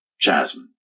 jasmine